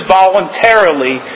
voluntarily